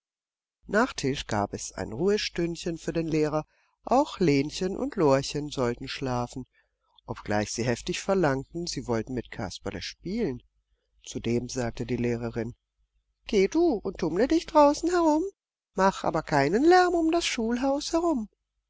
nach tisch gab es ein ruhestündchen für den lehrer auch lenchen und lorchen sollten schlafen obgleich sie heftig verlangten sie wollten mit kasperle spielen zu dem sagte die frau lehrerin geh du und tummle dich draußen herum macht aber keinen lärm um das schulhaus herum